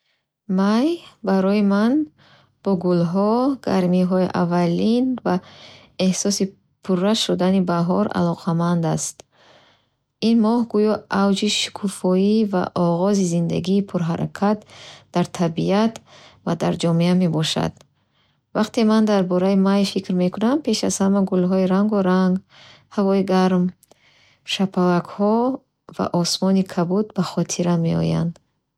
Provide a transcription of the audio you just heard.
Май барои ман бо гулҳо, гармиҳои аввалин ва эҳсоси пурра шудани баҳор алоқаманд аст. Ин моҳ гӯё авҷи шукуфоӣ ва оғози зиндагии пурҳаракат дар табиат ва дар ҷомеа мебошад. Вақте ман дар бораи май фикр мекунам, пеш аз ҳама гулҳои рангоранг, ҳавои гарм, шапалакҳо ва осмони кабуд ба хотирам меоянд.